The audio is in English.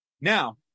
Now